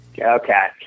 Okay